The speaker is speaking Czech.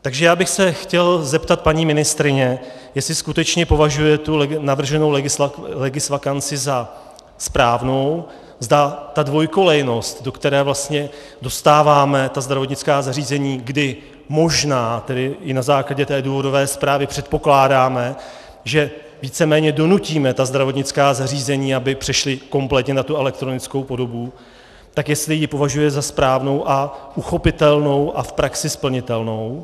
Takže já bych se chtěl zeptat paní ministryně, jestli skutečně považuje navrženou legisvakanci za správnou, zda ta dvojkolejnost, do které vlastně dostáváme ta zdravotnická zařízení, kdy možná, tedy i na základě důvodové zprávy, předpokládáme, že víceméně donutíme ta zdravotnická zařízení, aby přešla kompletně na elektronickou podobu, tak jestli ji považuje za správnou a uchopitelnou a v praxi splnitelnou.